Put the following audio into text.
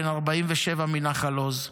בן 46 מקיבוץ ניר עוז,